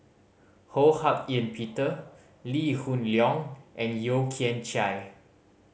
Ho Hak Ean Peter Lee Hoon Leong and Yeo Kian Chai